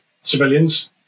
civilians